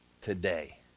today